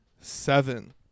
seven